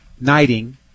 Knighting